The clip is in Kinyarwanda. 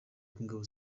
bw’ingabo